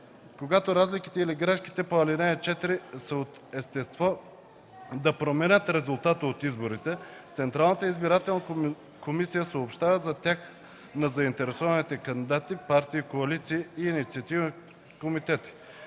Когато разликите или грешките по ал. 4 са от естество да променят резултата от изборите, Централната избирателна комисия съобщава за тях на заинтересованите кандидати, партии, коалиции и инициативни комитети.